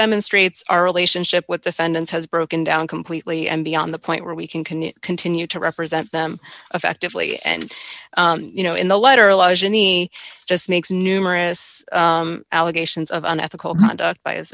demonstrates our relationship with defendants has broken down completely and beyond the point where we can can continue to represent them effectively and you know in the letter lies any just makes numerous allegations of unethical conduct by his